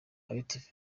active